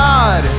God